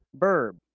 Verb